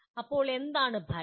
ഇപ്പോൾ എന്താണ് ഫലം